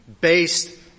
based